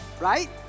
right